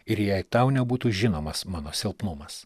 ir jei tau nebūtų žinomas mano silpnumas